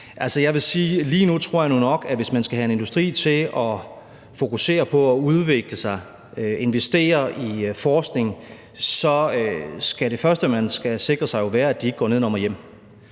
lige nu tror jeg nu nok, at hvis man skal have en industri til at fokusere på at udvikle sig, at investere i forskning, så må det første, man skal sikre sig, jo være, at de ikke går nedenom og hjem.